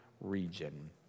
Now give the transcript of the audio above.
region